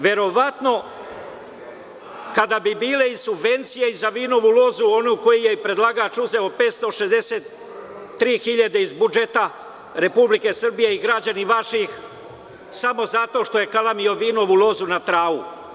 Verovatno kada bi bile i subvencije za vinovu lozu, onu koju je predlagač uzeo 563 hiljade iz budžeta Republike Srbije i građani vaših, samo zato što je kalemio vinovu lozu na travu.